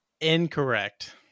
incorrect